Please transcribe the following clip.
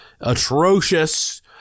atrocious